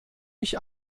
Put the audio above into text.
ich